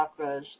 chakras